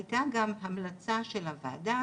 הייתה גם המלצה של הוועדה,